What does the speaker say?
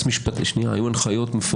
מה המשמעות של הדבר הזה שמשוחרר מביקורת.